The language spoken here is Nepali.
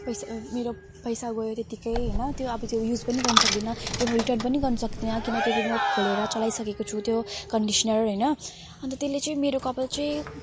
पैसा मेरो पैसा गयो त्यतिकै होइन त्यो अब त्यो युज पनि गर्नु सक्दिनँ त्यो म रिर्टन पनि गर्नु सक्दिनँ किनकि त्यो म खोलेर चलाइसकेको छु त्यो कन्डिस्नर होइन अनि त्यसले चाहिँ मेरो कपाल चाहिँ